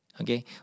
Okay